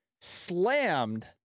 slammed